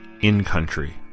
In-Country